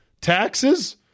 taxes